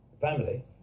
family